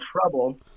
trouble